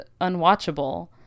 Unwatchable